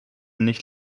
nicht